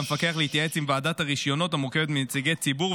להתפתחות עסקי התאגיד הבנקאי ולטובת הציבור,